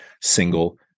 single